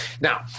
Now